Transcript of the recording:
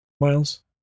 Miles